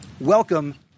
Welcome